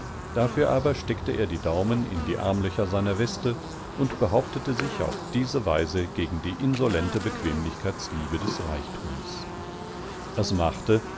dafür aber steckte er die daumen in die armlöcher seiner weste und behauptete sich auf diese weise gegen die insolente bequemlichkeitsliebedesreichtums es machte